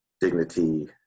dignity